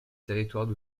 territoires